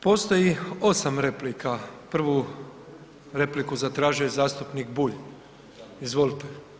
Postoji 8 replika, prvu repliku zatražio je zastupnik Bulj, izvolite.